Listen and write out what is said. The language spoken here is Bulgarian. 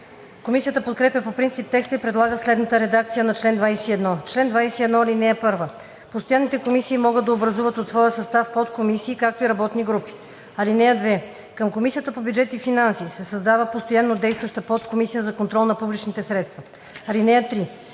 Комисията подкрепя по принцип текста и предлага следната редакция на чл. 21: „Чл. 21. (1) Постоянните комисии могат да образуват от своя състав подкомисии, както и работни групи. (2) Към Комисията по бюджет и финанси се създава постоянно действаща подкомисия за контрол на публичните средства. (3)